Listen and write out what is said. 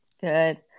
Good